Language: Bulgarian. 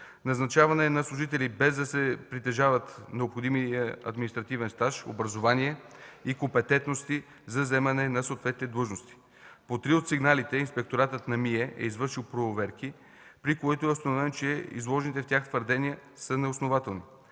назначаване на служители без да притежават необходимия административен стаж, образование и компетентности за заемане на съответните длъжности. По три от сигналите Инспекторатът на МИЕ е извършил проверки, при които е установено, че изложените в тях твърдения са неоснователни.